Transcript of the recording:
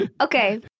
okay